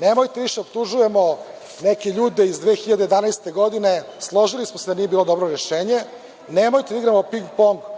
Nemojte više da optužujemo neke ljude iz 2011. godine. Složili smo se da nije bilo dobro rešenje. Nemojte da igramo ping-pong